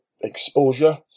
exposure